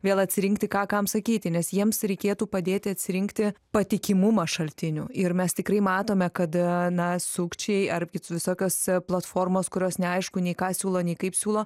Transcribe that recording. vėl atsirinkti ką kam sakyti nes jiems reikėtų padėti atsirinkti patikimumą šaltinių ir mes tikrai matome kad na sukčiai ar visokios platformos kurios neaišku nei ką siūlo nei kaip siūlo